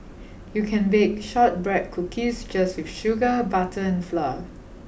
you can bake shortbread cookies just with sugar butter and flour